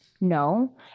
No